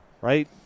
right